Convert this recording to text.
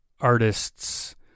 artists